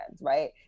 right